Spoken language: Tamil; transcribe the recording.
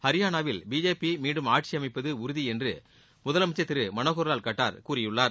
ஹரியானாவில் பிஜேபி மீண்டும் ஆட்சி அமைப்பது உறுதி என்று முதலமைச்சர் திரு மனோகர் லால் கட்டார் கூறியுள்ளார்